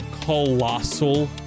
colossal